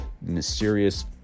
mysterious